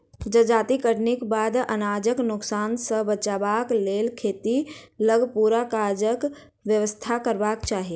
जजाति कटनीक बाद अनाजक नोकसान सॅ बचबाक लेल खेतहि लग पूरा काजक व्यवस्था करबाक चाही